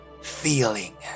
feeling